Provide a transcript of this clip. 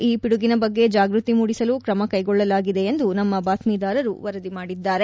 ಈ ಪಿಡುಗಿನ ಬಗ್ಗೆ ಜಾಗ್ಬತಿ ಮೂಡಿಸಲು ಕ್ರಮ ಕೈಗೊಳ್ಳಲಾಗಿದೆ ಎಂದು ನಮ್ಮ ಬಾತ್ವೀದಾರರು ವರದಿ ಮಾಡಿದ್ದಾರೆ